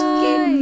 keep